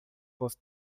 fosse